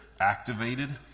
Activated